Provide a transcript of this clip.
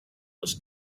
was